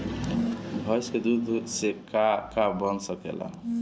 भइस के दूध से का का बन सकेला?